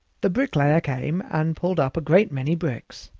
the bricklayer came and pulled up a great many bricks,